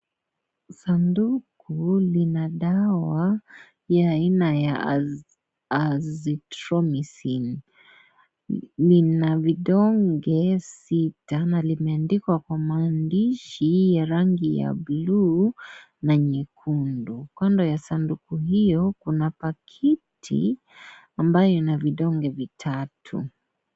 Sanduku lina dawa ya aina ya Azithromycin lina vidonge sita na limeandikwa kwa maandishi ya rangi ya bluu na nyekundu kando ya sanduku hiyo kuna paketi ambayo ina vidonge tatu.